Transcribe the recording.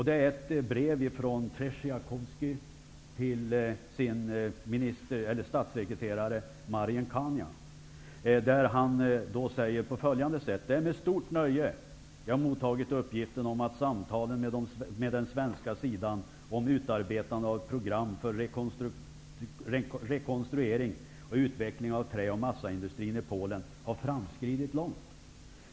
Det är ett brev från Trzeciakowski till hans statssekreterare Marian Kania: ''Det är med stort nöje jag mottagit uppgiften om att samtalen med den svenska sidan om utarbetande av ett program för omstrukturering och utveckling av trä och massaindustrin i Polen har framskridit långt.